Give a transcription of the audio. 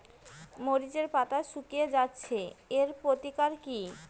মরিচের পাতা শুকিয়ে যাচ্ছে এর প্রতিকার কি?